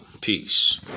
Peace